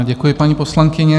Děkuji, paní poslankyně.